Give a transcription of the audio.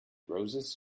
roses